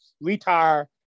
retire